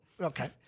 Okay